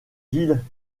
villes